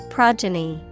Progeny